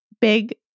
big